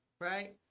right